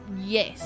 yes